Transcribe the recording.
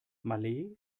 malé